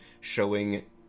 showing